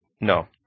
No